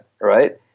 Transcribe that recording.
right